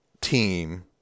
team